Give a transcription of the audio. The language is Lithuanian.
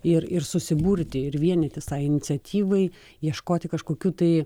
ir ir susiburti ir vienytis iniciatyvai ieškoti kažkokių tai